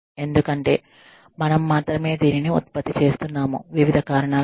ఎందుకంటే మనం మాత్రమే దీనిని ఉత్పత్తి చేస్తున్నాము వివిధ కారణాల చేత